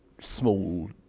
small